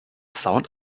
sound